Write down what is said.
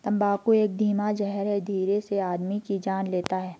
तम्बाकू एक धीमा जहर है धीरे से आदमी की जान लेता है